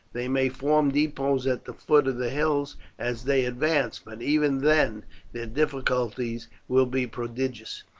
they may form depots at the foot of the hills as they advance, but even then their difficulties will be prodigious.